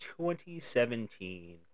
2017